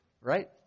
right